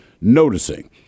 noticing